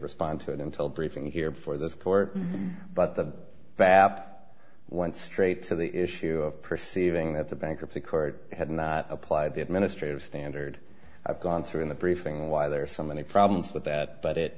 respond to it until briefing here for this court but the baptists went straight to the issue of perceiving that the bankruptcy court had not applied the administrative standard i've gone through in the briefing why there are so many problems with that but it